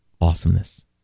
Awesomeness